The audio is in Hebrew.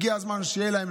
הגיע הזמן שיהיה להם,